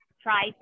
try